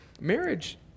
marriage